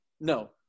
No